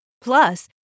Plus